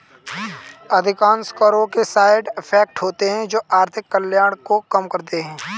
अधिकांश करों के साइड इफेक्ट होते हैं जो आर्थिक कल्याण को कम करते हैं